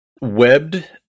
Webbed